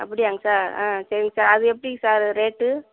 அப்படியாங்க சார் ஆ சரிங்க சார் அது எப்படி சார் ரேட்டு